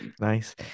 Nice